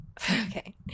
okay